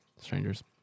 strangers